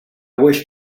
wish